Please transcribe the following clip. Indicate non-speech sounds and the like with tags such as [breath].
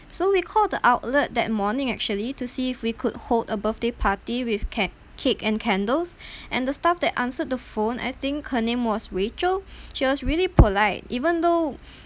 so we called the outlet that morning actually to see if we could hold a birthday party with cak~ cake and candles [breath] and the staff that answered the phone I think her name was rachel [breath] she was really polite even though [breath]